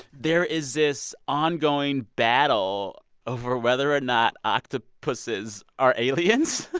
there is this ongoing battle over whether or not octopuses are aliens.